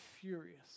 furious